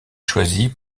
choisie